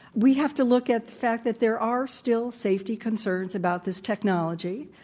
we have to look at the fact that there are still safety concerns about this technology,